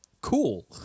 cool